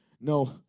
no